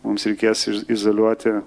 mums reikės izoliuoti